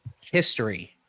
History